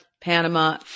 Panama